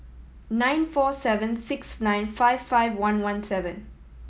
nine four seven six nine five five one one seven